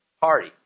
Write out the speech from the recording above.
party